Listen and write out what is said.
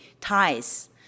TIES